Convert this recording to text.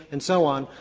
and so on.